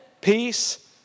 Peace